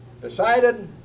decided